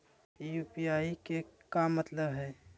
UPI के का मतलब हई?